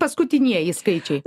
kokias paskutinieji skaičiai